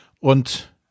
Und